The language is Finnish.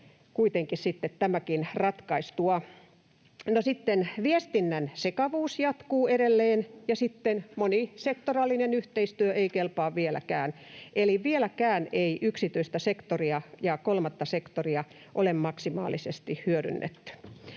kuitenkin sitten ratkaistua. Viestinnän sekavuus jatkuu edelleen, ja sitten monisektoraalinen yhteistyö ei kelpaa vieläkään. Eli vieläkään ei yksityistä sektoria ja kolmatta sektoria ole maksimaalisesti hyödynnetty.